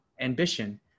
ambition